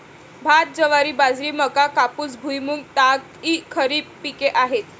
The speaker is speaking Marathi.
भात, ज्वारी, बाजरी, मका, कापूस, भुईमूग, ताग इ खरीप पिके आहेत